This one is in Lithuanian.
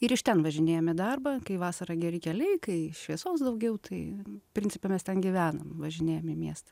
ir iš ten važinėjam į darbą kai vasarą geri keliai kai šviesos daugiau tai principe mes ten gyvenam važinėjam į miestą